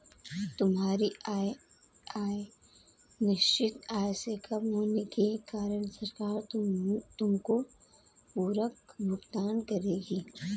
तुम्हारी आय निश्चित आय से कम होने के कारण सरकार तुमको पूरक भुगतान करेगी